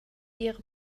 ihre